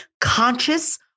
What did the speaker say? conscious